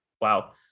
wow